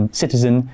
citizen